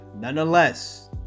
nonetheless